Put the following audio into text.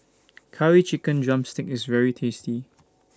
Curry Chicken Drumstick IS very tasty